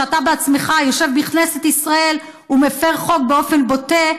כשאתה בעצמך יושב בכנסת ישראל ומפר חוק באופן בוטה,